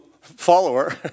follower